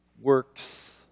works